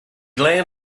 land